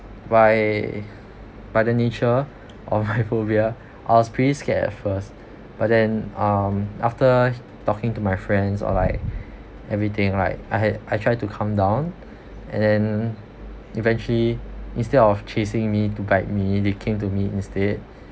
by by the nature of my phobia I was pretty scared at first but then um after h~ talking to my friends or like everything like I had I tried to calm down and then eventually instead of chasing me to guide me they came to me instead